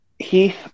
Heath